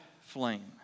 flame